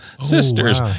sisters